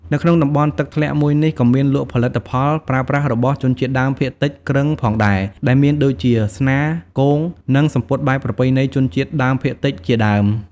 នៅក្នុងតំបន់ទឹកធ្លាក់មួយនេះ ក៏មានលក់ផលិតផលប្រើប្រាស់របស់ជនជាតិដើមភាគតិចគ្រឹងផងដែរ ដែលមានដូចជាស្នា គង និងសំពត់បែបប្រពៃណីជនជាតិដើមភាគតិចជាដើម។